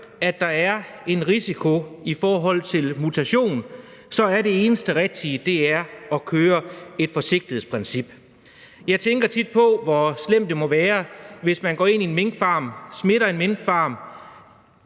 at der er en sundhedsrisiko i forhold til mutation, er det eneste rigtige at køre et forsigtighedsprincip. Jeg tænker tit på, hvor slemt det må være, hvis man går ind på en minkfarm, smitter en minkfarm,